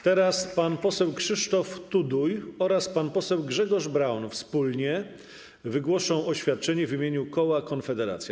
Teraz pan poseł Krzysztof Tuduj oraz pan poseł Grzegorz Braun wygłoszą oświadczenie w imieniu koła Konfederacja.